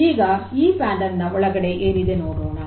ಈಗ ಈ ಪ್ಯಾನೆಲ್ ನ ಒಳಗಡೆ ಏನಿದೆ ನೋಡೋಣ